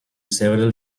several